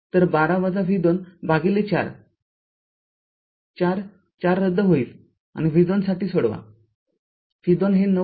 तर१२ v२ भागिले ४ ४ ४ रद्द होईलआणि v२ साठी सोडवा v२ हे ९